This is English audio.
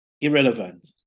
Irrelevant